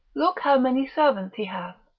look how many servants he hath,